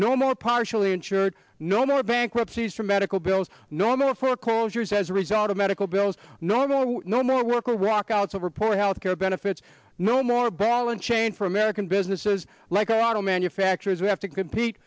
no more partially insured no more bankruptcies for medical bills normal foreclosures as a result of medical bills normal and no more work or walk outs of report health care benefits no more ball and chain for american businesses like the auto manufacturers who have to compete